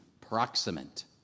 proximate